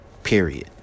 Period